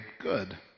good